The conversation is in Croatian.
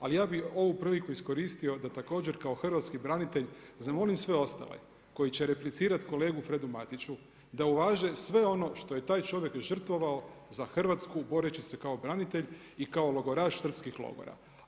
Ali ja bih ovu priliku iskoristio da također kao hrvatski branitelj zamolim sve ostale koji će replicirati kolegi Fredu Matiću da uvaže sve ono što je taj čovjek žrtvovao za Hrvatsku boreći se kao branitelj i kao logoraš srpskih logora.